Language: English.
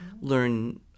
learn